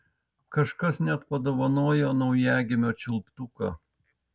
kažkas net padovanojo naujagimio čiulptuką